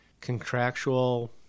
contractual